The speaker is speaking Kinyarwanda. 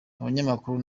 abanyamakuru